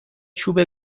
چوب